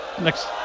next